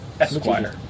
Esquire